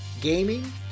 gaming